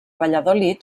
valladolid